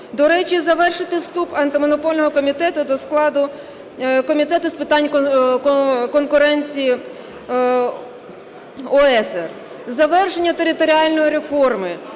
До речі, завершити вступ Антимонопольного комітету до складу Комітету з питань конкуренції ОЕСР. Завершення територіальної реформи